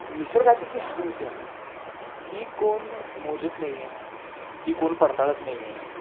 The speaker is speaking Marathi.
निसर्गाची जी हानी होत्या ती कोण मोजत नाही आहे ती कोण पडताळत नाही आहे